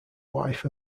wife